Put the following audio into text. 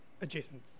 adjacent